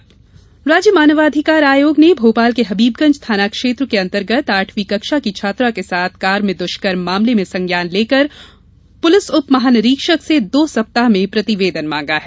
मानवाधिकार राज्य मानवाधिकार आयोग ने भोपाल के हबीबगंज थाना क्षेत्र के अन्तर्गत आठवीं कक्षा की छात्रा के साथ कार में दुष्कर्म मामले में संज्ञान लेकर पुलिस उप महानिरीक्षक से दो सप्ताह में प्रतिवेदन मांगा है